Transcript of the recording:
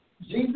Jesus